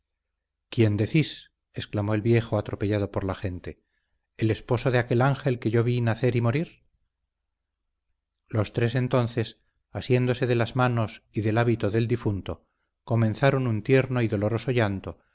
quién decís exclamó el viejo atropellado por la gente el esposo de aquel ángel que yo vi nacer y morir los tres entonces asiéndose de las manos y del hábito del difunto comenzaron un tierno y doloroso llanto